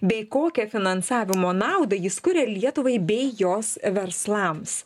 bei kokią finansavimo naudą jis kuria lietuvai bei jos verslams